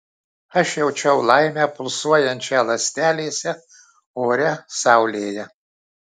aš jaučiau laimę pulsuojančią ląstelėse ore saulėje